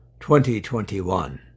2021